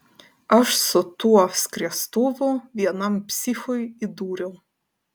aš su tuo skriestuvu vienam psichui įdūriau